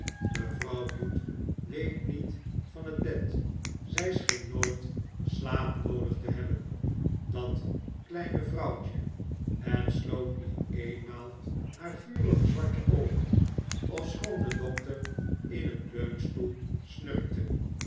mevrouw bute week niet van het bed zij scheen nooit slaap noodig te hebben dat kleine vrouwtje en sloot niet eenmaal haar vurige zwarte oogen ofschoon de dokter in een leunstoel snurkte